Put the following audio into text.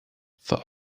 for